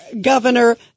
Governor